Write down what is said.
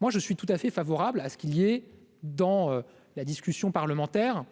moi je suis tout à fait favorable à ce qu'il y ait dans la discussion parlementaire